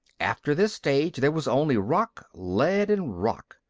after this stage there was only rock, lead and rock,